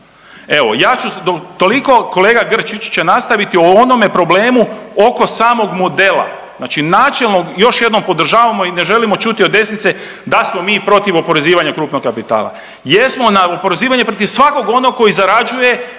Evo ja ću toliko, kolega Grčić će nastaviti o onome problemu oko samog modela, znači načelno još jednom podržavamo i ne želimo čuti od desnici da smo mi protiv oporezivanja krupnog kapitala. Jesmo …/Govornik se ne razumije/… oporezivanje protiv svakog onog koji zarađuje ekstremno u